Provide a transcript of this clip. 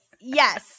yes